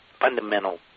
fundamental